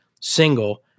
single